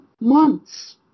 months